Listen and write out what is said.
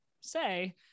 say